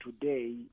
today